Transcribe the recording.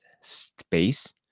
space